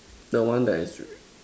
the one that is